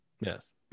Yes